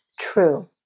true